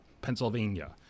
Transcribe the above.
pennsylvania